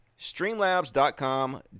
Streamlabs.com